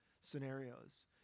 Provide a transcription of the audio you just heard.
scenarios